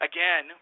Again